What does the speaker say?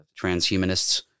Transhumanists